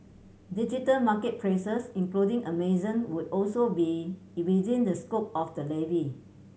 digital market places including Amazon would also be it within the scope of the levy